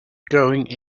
going